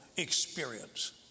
experience